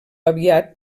aviat